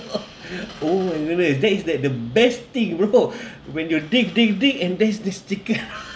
oh and then that is that is like the best thing bro when you dig dig dig and there's this chicken